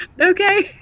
Okay